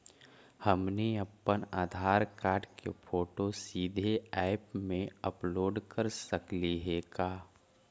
हमनी अप्पन आधार कार्ड के फोटो सीधे ऐप में अपलोड कर सकली हे का?